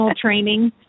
training